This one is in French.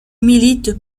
militent